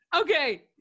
Okay